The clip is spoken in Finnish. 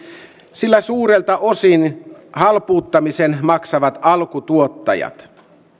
sillä suurelta osin halpuuttamisen maksavat alkutuottajat